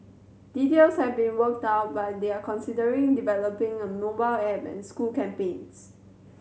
details have being worked out but they are considering developing a mobile app and school campaigns